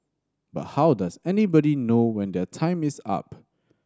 but how does anybody know when their time is up